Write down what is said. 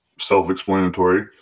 self-explanatory